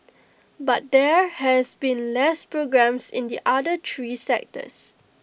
but there has been less programs in the other three sectors